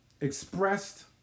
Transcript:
expressed